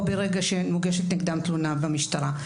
או ברגע שמוגשת נגדם תלונה במשטרה,